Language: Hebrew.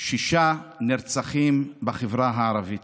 שישה נרצחים בחברה הערבית,